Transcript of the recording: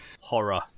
horror